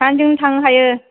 सानैजोंनो थांनो हायो